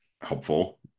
helpful